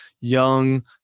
young